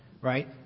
right